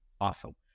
awesome